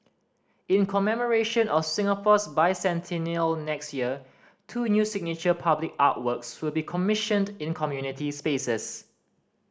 in commemoration of Singapore's Bicentennial next year two new signature public artworks will be commissioned in community spaces